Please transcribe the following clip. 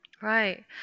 Right